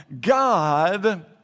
God